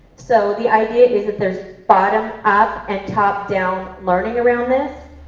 so the idea is that there's bottom up and top down learning around this,